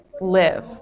live